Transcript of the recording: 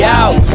out